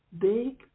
big